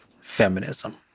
feminism